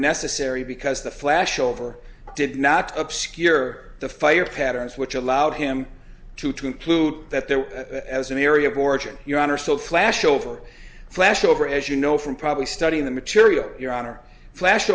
necessary because the flashover did not obscure the fire patterns which allowed him to to include that there as an area of origin your honor so flashover flashover as you know from probably studying the material your honor flash